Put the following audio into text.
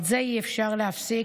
את זה אי-אפשר להפסיק.